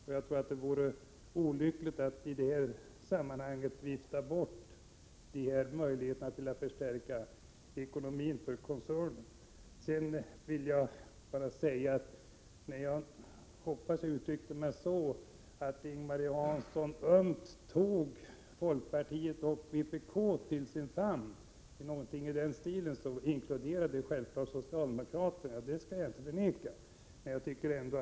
Det vore därför olyckligt att i detta sammanhang vifta bort dessa möjligheter till att förstärka koncernens ekonomi. När jag i mitt förra inlägg uttryckte mig någonting i stil med att Ing-Marie Hansson ömt tog folkpartiet och vpk till sin famn, inkluderade detta självfallet socialdemokraterna — det skall jag inte förneka.